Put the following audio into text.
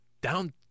down